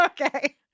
Okay